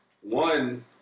One